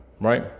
Right